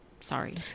Sorry